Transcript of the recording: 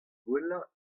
gwellañ